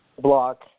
block